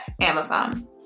Amazon